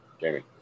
jamie